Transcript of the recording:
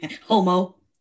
homo